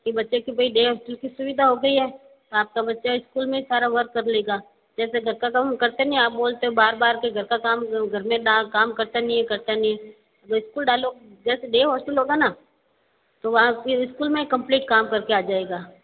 कि बच्चे की भई डे हॉस्टल की सुविधा हो गई है आपका बच्चा इस्कूल में ही सारा वर्क कर लेगा जैसे घर का काम हम करते नहीं आप बोलते हो बार बार कि घर का काम घर में काम करता नहीं है करता नहीं है अगर इस्कूल डालो जैसे डे हॉस्टल होगा ना तो वहाँ उसकी ईस्कूल में कंप्लीट काम करके आ जाएगा